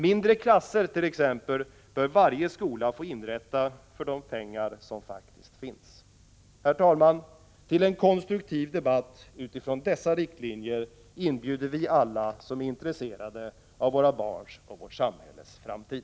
Mindre klasser t.ex. bör varje skola få inrätta för de pengar som faktiskt finns. Herr talman! Till en konstruktiv debatt utifrån dessa riktlinjer inbjuder vi alla som är intresserade av våra barns och vårt samhälles framtid.